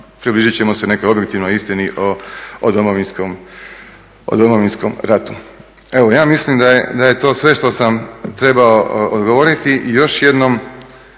približit ćemo se nekoj objektivnoj istini o Domovinskom ratu. Evo, ja mislim da je to sve što sam trebao govoriti i još jednom